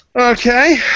Okay